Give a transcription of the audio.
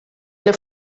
alle